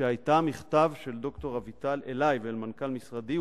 מכתב של ד"ר אביטל אלי ואל מנכ"ל משרדי,